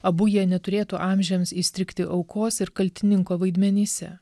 abu jie neturėtų amžiams įstrigti aukos ir kaltininko vaidmenyse